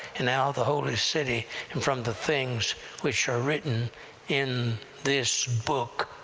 and out of the holy city, and from the things which are written in this book.